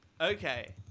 Okay